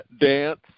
dance